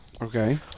Okay